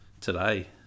today